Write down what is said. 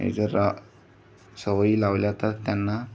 हे जर रा सवयी लावल्या जातात त्यांना